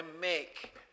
make